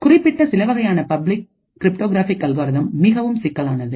குறிப்பிட்ட சிலவகையான public cryptographic algorithm மிகவும் சிக்கலானது